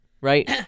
right